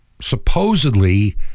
supposedly